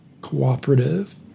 cooperative –